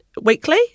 weekly